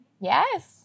Yes